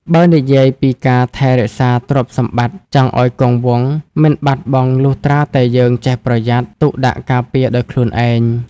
បើនិយាយពីការថែរក្សារទ្រព្យសម្បត្តិចង់អោយគង់វង្ស មិនបាត់បង់លុះត្រាតែយើង ចេះប្រយ័ត្ន ទុកដាក់ការពារដោយខ្លួនឯង។